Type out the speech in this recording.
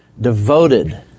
devoted